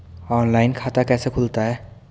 Online खाता कैसे खुलता है?